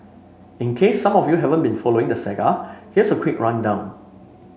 in case some of you haven't been following the saga here's a quick rundown